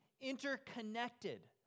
interconnected